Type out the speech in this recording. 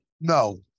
No